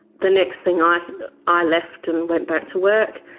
the next thing, i i left and went back to work.